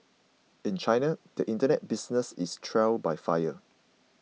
in China the Internet business is trial by fire